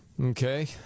Okay